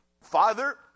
Father